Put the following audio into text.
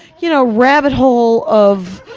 you know, rabbit hole of,